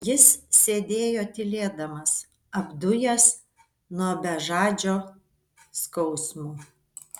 jis sėdėjo tylėdamas apdujęs nuo bežadžio skausmo